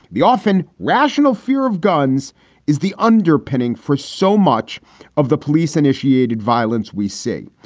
the often rational fear of guns is the underpinning for so much of the police initiated violence. we see,